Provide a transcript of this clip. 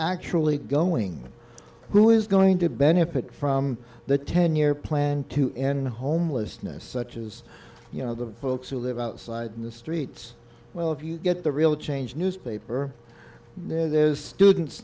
actually going through is going to benefit from the ten year plan to end homelessness such as you know the folks who live out in the streets well if you get the real change newspaper there's students